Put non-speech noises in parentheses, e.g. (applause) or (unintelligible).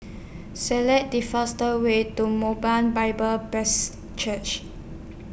Select The fastest Way to (unintelligible) Bible (unintelligible) Church